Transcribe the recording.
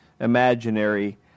imaginary